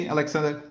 Alexander